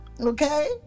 okay